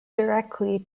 directly